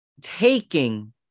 taking